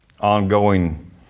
ongoing